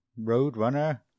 Roadrunner